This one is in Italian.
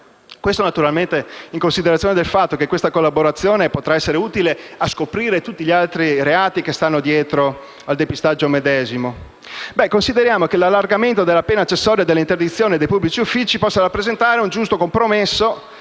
depistaggio (in considerazione del fatto che questa collaborazione potrà essere utile a scoprire altri reati che stanno dietro al depistaggio medesimo), si considera che l'allargamento della pena accessoria dell'interdizione dai pubblici uffici possa rappresentare il giusto compromesso